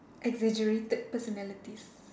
exaggerated personalities